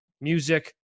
music